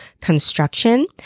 construction